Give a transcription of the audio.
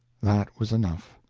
that was enough.